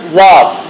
love